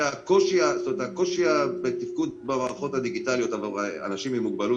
הקושי בתפקוד במערכות הדיגיטליות לאנשים עם מוגבלות